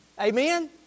Amen